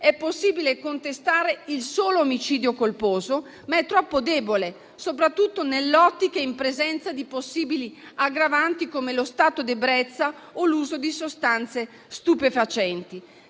è possibile contestare il solo omicidio colposo, ma è troppo debole, soprattutto nell'ottica e in presenza di possibili aggravanti come lo stato d'ebbrezza o l'uso di sostanze stupefacenti.